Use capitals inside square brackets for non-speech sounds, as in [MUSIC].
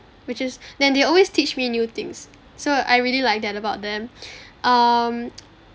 which is then they always teach me new things so I really like that about them [BREATH] um [NOISE]